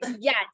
yes